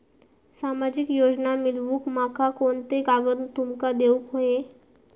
सामाजिक योजना मिलवूक माका कोनते कागद तुमका देऊक व्हये?